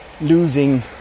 losing